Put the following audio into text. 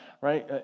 right